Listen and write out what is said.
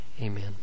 Amen